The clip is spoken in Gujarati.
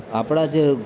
આપણાં જે